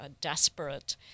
desperate